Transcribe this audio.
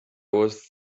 was